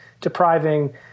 depriving